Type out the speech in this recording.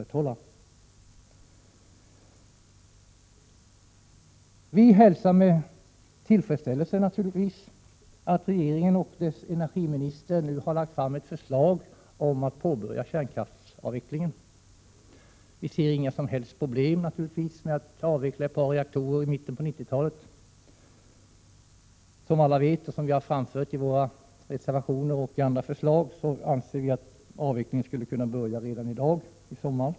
Vi hälsar naturligtvis med tillfredsställelse att regeringen och dess energiminister nu har lagt fram ett förslag om att påbörja kärnkraftsavvecklingen. Vi ser inga som helst problem med att man avvecklar ett par reaktorer i mitten på 90-talet. Som alla vet — och som vi har anfört i våra reservationer och i andra förslag — anser vi att avvecklingen skulle kunna påbörjas redan nu i sommar.